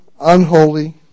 unholy